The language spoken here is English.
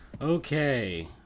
Okay